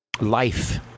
life